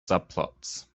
subplots